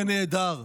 זה נהדר,